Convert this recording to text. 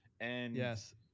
Yes